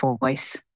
voice